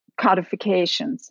codifications